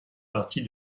partie